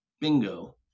Bingo